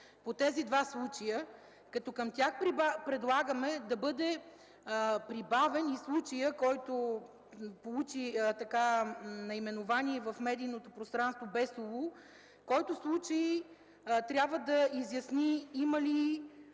по тези два случая. Към тях предлагаме да бъде прибавен и случаят, който получи наименование в медийното пространство „Бесоолу”, който трябва да изясни има ли